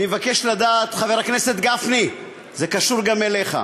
אני מבקש לדעת, חבר הכנסת גפני, זה קשור גם אליך,